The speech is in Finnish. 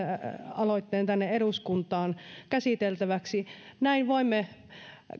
aloitteen tänne eduskuntaan käsiteltäväksi näin voimme